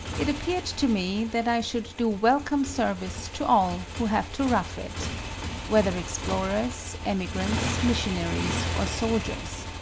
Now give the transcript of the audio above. it appeared to me, that i should do welcome service to all who have to rough it whether explorers, emigrants, missionaries or soldiers,